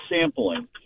sampling